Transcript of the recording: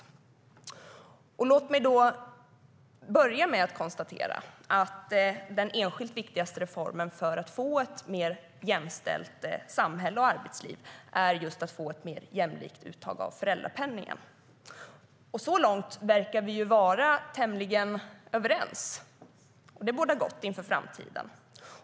Låt mig börja med att den enskilt viktigaste reformen för att få ett mer jämställt samhälle och arbetsliv är att få ett mer jämlikt uttag av föräldrapenningen. Så långt verkar vi vara tämligen överens. Det bådar gott inför framtiden.